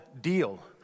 deal